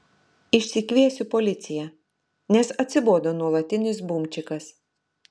išsikviesiu policiją nes atsibodo nuolatinis bumčikas